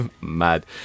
mad